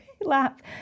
lap